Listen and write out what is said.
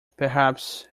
perhaps